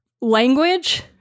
language